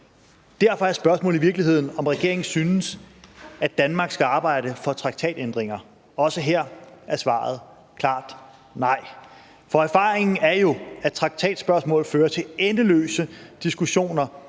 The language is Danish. derfor er spørgsmålet i virkeligheden, om regeringen synes, at Danmark skal arbejde for traktatændringer, og også her er svaret klart nej. For erfaringen er jo, at traktatspørgsmål fører til endeløse diskussioner,